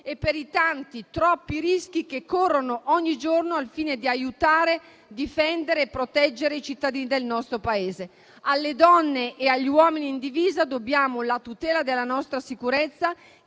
e per i tanti, troppi rischi che corrono ogni giorno al fine di aiutare, difendere e proteggere i cittadini del nostro Paese. Alle donne e agli uomini in divisa dobbiamo la tutela della nostra sicurezza,